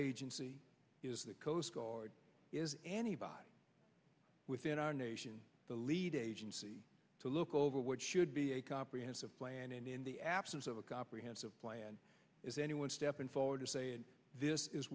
agency is the coast guard is any by within our nation the lead agency to look over what should be a comprehensive plan and in the absence of a comprehensive plan is anyone stepping forward to say and this is